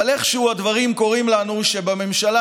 אבל איכשהו הדברים קורים לנו כך שבממשלה